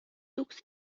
took